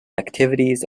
activities